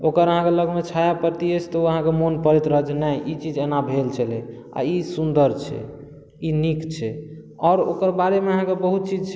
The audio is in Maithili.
ओकर अहाँके लगमे छायाप्रति अछि तऽ ओ अहाँके मोन पड़ैत रहत जे नहि ई चीज एना भेल छलै आओर ई सुन्दर छै ई नीक छै आओर ओकर बारेमे अहाँके बहुत चीज छै